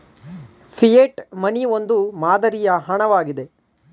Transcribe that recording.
fiat money ಒಂದು ಮಾದರಿಯ ಹಣ ವಾಗಿದೆ